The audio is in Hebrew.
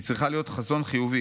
היא צריכה להיות חזון חיובי.